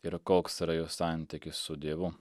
ir koks yra jo santykis su dievu